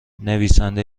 نویسنده